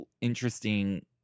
interesting